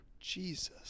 Jesus